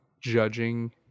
judging